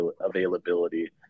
availability